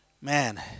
man